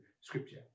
Scripture